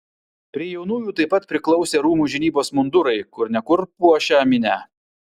prie jaunųjų taip pat priklausė rūmų žinybos mundurai kur ne kur puošią minią